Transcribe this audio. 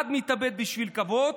אחד מתאבד בשביל כבוד,